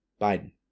Biden